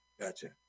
gotcha